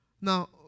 Now